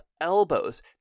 elbows